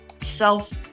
self